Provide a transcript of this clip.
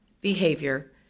behavior